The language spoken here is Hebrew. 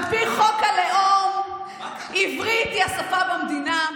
על פי חוק הלאום עברית היא השפה במדינה,